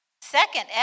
Second